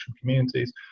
communities